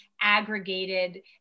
aggregated